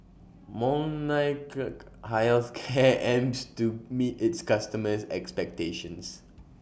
Molnylcke Health Care aims to meet its customers' expectations